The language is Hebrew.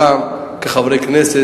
כחברי כנסת,